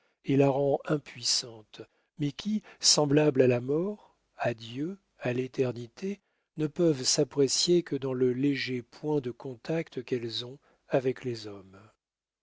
et la rend impuissante mais qui semblables à la mort à dieu à l'éternité ne peuvent s'apprécier que dans le léger point de contact qu'elles ont avec les hommes